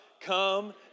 Come